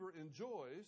enjoys